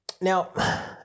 Now